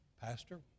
Pastor